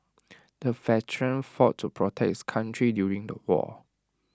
the veteran fought to protect his country during the war